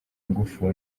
ngufu